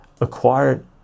acquired